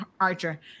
Archer